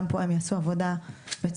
גם פה הם יעשו עבודה מצוינת.